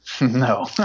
No